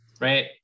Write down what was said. right